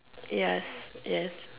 yes yes